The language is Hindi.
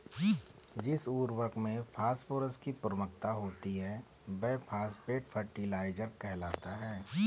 जिस उर्वरक में फॉस्फोरस की प्रमुखता होती है, वह फॉस्फेट फर्टिलाइजर कहलाता है